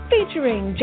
Featuring